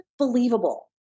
unbelievable